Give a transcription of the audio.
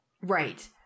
right